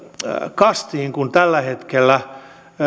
kastiin kun tällä hetkellä